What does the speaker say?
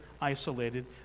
isolated